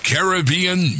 Caribbean